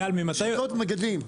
משחטות ומגדלים.